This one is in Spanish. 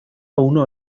uno